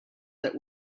that